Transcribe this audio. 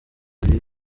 ari